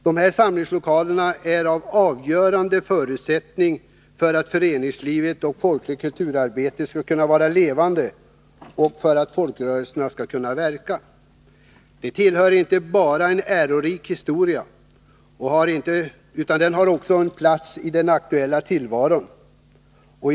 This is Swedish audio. Dessa samlingslokaler är en avgörande förutsättning för att föreningsliv och folkligt kulturarbete skall kunna vara levande och för att folkrörelserna skall kunna verka. De tillhör inte bara en ärorik historia, utan de har också en plats i vår nuvarande tillvaro.